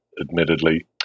admittedly